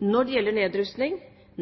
når det gjelder nedrustning,